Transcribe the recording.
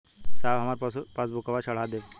साहब हमार पासबुकवा चढ़ा देब?